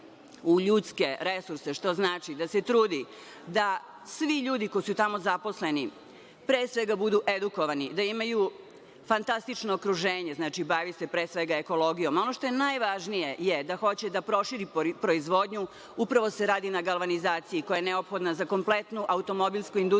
u ljudske resurse, što znači da se trudi da svi ljudi koji su tamo zaposleni, pre svega budu edukovani, da imaju fantastično okruženje, znači bavi se, pre svega, ekologijom. Ono što je najvažnije je da hoće da proširi proizvodnju. Upravo se radi na galvanizaciji koja je neophodna za kompletnu automobilsku industriju,